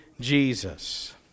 Jesus